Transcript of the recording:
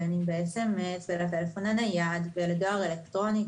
בין אם בסמס לטלפון הנייד ובין אם בדואר אלקטרוני,